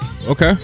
Okay